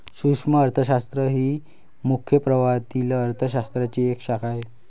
सूक्ष्म अर्थशास्त्र ही मुख्य प्रवाहातील अर्थ शास्त्राची एक शाखा आहे